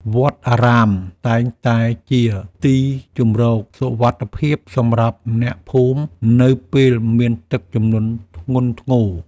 វត្តអារាមតែងតែជាទីជម្រកសុវត្ថិភាពសម្រាប់អ្នកភូមិនៅពេលមានទឹកជំនន់ធ្ងន់ធ្ងរ។